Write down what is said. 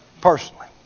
personally